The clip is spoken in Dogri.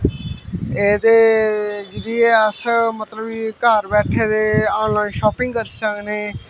एह् ते जे अस मतलब कि घर बैठे दे आनलानन शापिंग करी सकनें